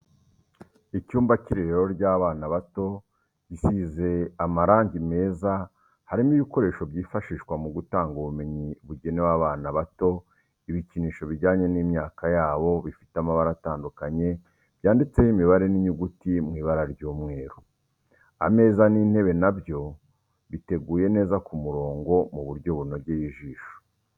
Icyumba cy'irerero ry'abana bato, gisize marangi meza harimo ibikoresho byifashishwa mu gutanga ubumenyi bugenewe abana bato, ibikinisho bijyanye n'imyaka yabo bifite amabara atandukanye byanditseho imibare n'inyuguti mu ibara ry'umweru, ameza n'intebe na byo biteguye neza ku murongo mu buryo bunogeye ijisho.